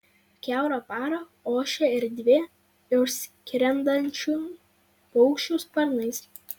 kiaurą parą ošia erdvė išskrendančių paukščių sparnais